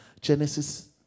Genesis